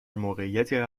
موقعیتی